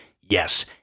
yes